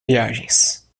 viagens